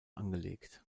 angelegt